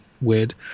weird